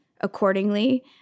accordingly